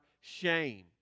shame